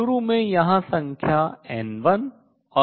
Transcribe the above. शुरू में यहाँ संख्या N1 और यहाँ N2 है